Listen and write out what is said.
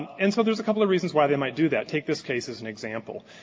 and so there's a couple of reasons why they might do that take this case as an example.